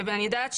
אני יודעת,